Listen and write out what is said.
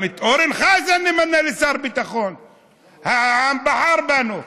גם את אורן חזן נמנה לשר ביטחון, העם בחר בנו.